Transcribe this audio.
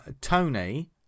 tony